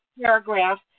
paragraph